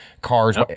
cars